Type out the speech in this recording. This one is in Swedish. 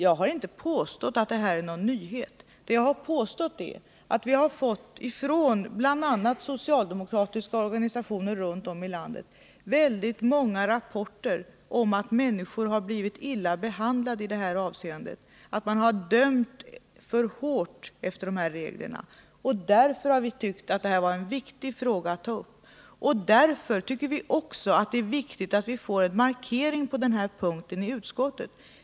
Jag har inte påstått att det gäller en ny företeelse. Vad jag har framhållit är att vi bl.a. från socialdemokratiska organisationer runt om i landet har fått ett stort antal rapporter om att människor blivit illa behandlade i sådana här sammanhang och att man har dömt för hårt vid tillämpningen av reglerna på detta område. Vi har därför tyckt att detta varit en viktig fråga att ta upp. Vi tycker också att det är viktigt att från utskottet få en markering på denna punkt.